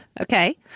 Okay